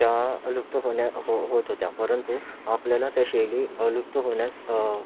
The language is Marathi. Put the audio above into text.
त्या लुप्त होण्या हो होत होत्या परंतु आपल्याला त्या शैली लुप्त होण्यास